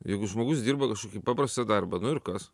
jeigu žmogus dirba kažkokį paprastą darbą nu ir kas